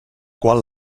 qual